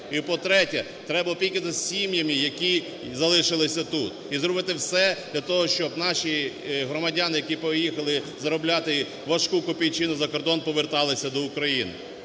І по-третє, треба опікуватись сім'ями, які залишилися тут і зробити все для того, щоб наші громадяни, які поїхали заробляти важку копійчину за кордон, поверталися до України.